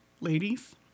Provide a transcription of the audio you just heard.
Ladies